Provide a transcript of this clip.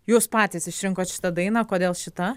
jūs patys išrinkot šitą dainą kodėl šita